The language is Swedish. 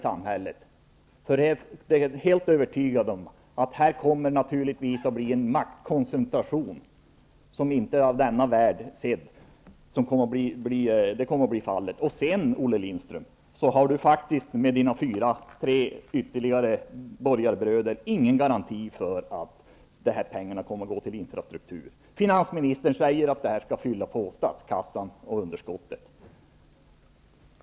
Jag är helt övertygad om att det kommer att bli en maktkoncentration som inte är av denna världen. Olle Lindström har med sina tre fyra borgarbröder ingen garanti för att pengarna kommer att gå till infrastrukturen. Finansministern säger att dessa pengar skall fylla på statskassan och gå till underskottet.